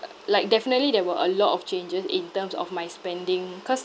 like definitely there were a lot of changes in terms of my spending cause